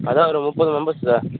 அதுதான் ஒரு முப்பது மெம்பர் சார்